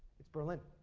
it's berlin.